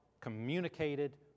communicated